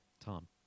Tom